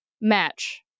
match